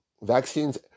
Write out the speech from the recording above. vaccines